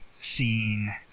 Scene